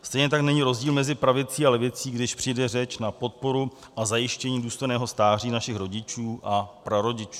Stejně tak není rozdíl mezi pravicí a levicí, když přijde řeč na podporu a zajištění důstojného stáří našich rodičů a prarodičů.